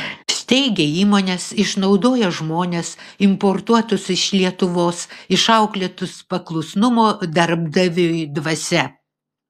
steigia įmones išnaudoja žmones importuotus iš lietuvos išauklėtus paklusnumo darbdaviui dvasia